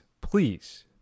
please